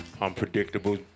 Unpredictable